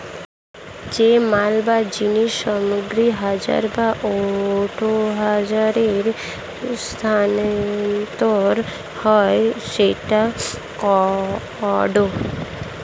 যে মাল বা জিনিস সামগ্রী জাহাজ বা উড়োজাহাজে স্থানান্তর হয় সেটা কার্গো